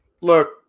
look